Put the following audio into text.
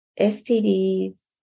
stds